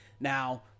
Now